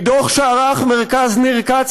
מדוח שערך מרכז ניר כץ